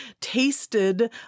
tasted